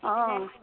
অঁ